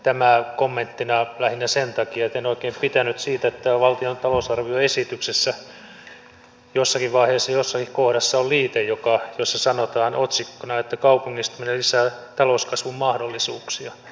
tämä kommenttina lähinnä sen takia että en oikein pitänyt siitä että valtion talousarvioesityksessä jossakin vaiheessa ja jossakin kohdassa on liite jossa sanotaan otsikkona että kaupungistuminen lisää talouskasvun mahdollisuuksia